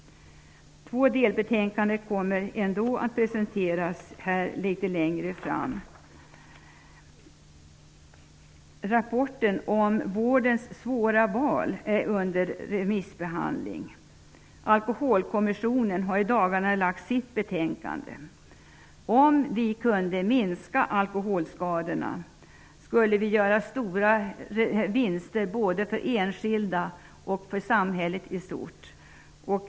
Två delbetänkanden kommer ändå att presenteras litet längre fram. Rapporten om vårdens svåra val är under remissbehandling. Alkoholkommissionen har i dagarna lagt fram sitt betänkande. Om vi kunde minska alkoholskadorna skulle vi göra stora vinster både för enskilda och för samhället i stort.